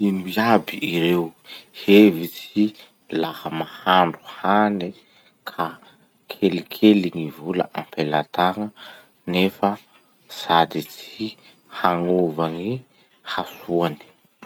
Ino iaby ireo hevitsy laha mahandro hany ka kelikely gny vola ampela tagna nefa sady tsy hagnova gny hasoany?